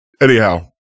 Anyhow